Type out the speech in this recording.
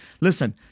Listen